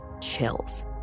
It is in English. chills